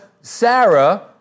Sarah